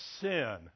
sin